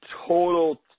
total